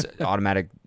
automatic